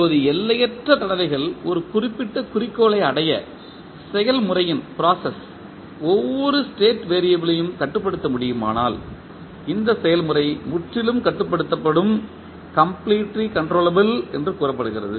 இப்போது எல்லையற்ற தடவைகள் ஒரு குறிப்பிட்ட குறிக்கோளை அடைய செயல்முறையின் ஒவ்வொரு ஸ்டேட் வெறியபிள் யும் கட்டுப்படுத்த முடியுமானால் இந்த செயல்முறை முற்றிலும் கட்டுப்படுத்தப்படும் என்று கூறப்படுகிறது